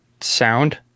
sound